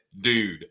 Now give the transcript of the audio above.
dude